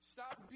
Stop